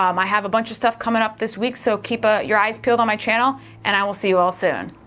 um i have a bunch of stuff coming up this week so keep ah your eyes peeled on my channel and i will see you all soon